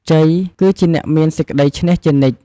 ជ័យ គឺជាអ្នកមានសេចក្តីឈ្នះជានិច្ច។